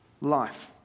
life